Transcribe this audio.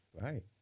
right